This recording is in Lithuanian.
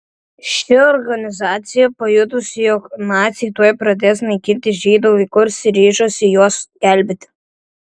ši organizacija pajutusi jog naciai tuoj pradės naikinti žydų vaikus ryžosi juos gelbėti